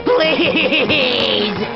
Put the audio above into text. Please